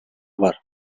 var